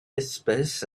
espèce